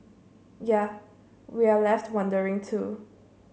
yea we're left wondering too